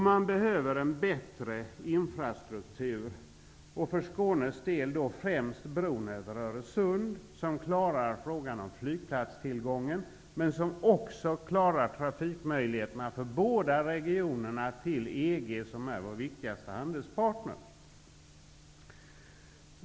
Man behöver en bättre infrastruktur. För Skånes del skulle det främst utgöras av bron över Öresund, därigenom klaras frågan om flygplatstillgången och även frågan om trafikmöjligheterna till EG för de båda regionerna, vilken är vår viktigaste handelsparter.